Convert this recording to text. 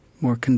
more